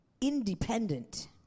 independent